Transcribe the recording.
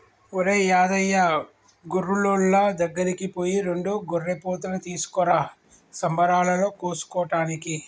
ఒరేయ్ యాదయ్య గొర్రులోళ్ళ దగ్గరికి పోయి రెండు గొర్రెపోతులు తీసుకురా సంబరాలలో కోసుకోటానికి